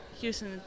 Houston